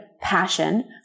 passion